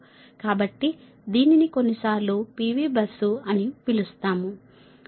కాబట్టి దీనిని కొన్నిసార్లు P V బస్సు అని పిలుస్తాము అలాగేనా